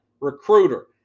recruiter